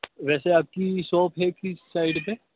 ویسے آپ کی شاپ ہے کس سائڈ پہ